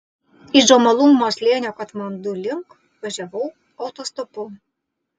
iš džomolungmos slėnio katmandu link važiavau autostopu